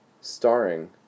Starring